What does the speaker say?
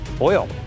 Oil